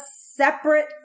separate